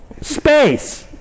space